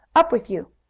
up with you!